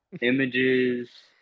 Images